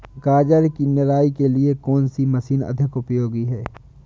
गाजर की निराई के लिए कौन सी मशीन अधिक उपयोगी है?